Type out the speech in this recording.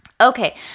Okay